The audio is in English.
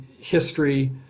history